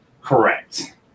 correct